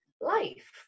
life